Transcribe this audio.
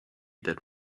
that